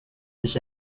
was